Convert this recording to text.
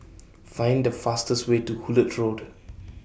Find The fastest Way to Hullet Road